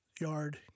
Yard